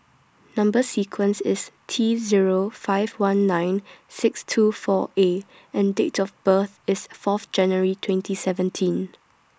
Number sequence IS T Zero five one nine six two four A and Date of birth IS Fourth January twenty seventeen